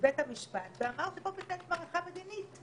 לבית המשפט ואמר שצריך לנהל פה בעצם מערכה מדינית,